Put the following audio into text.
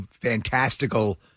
fantastical